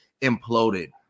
imploded